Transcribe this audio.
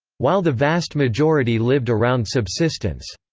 while the vast majority lived around subsistence,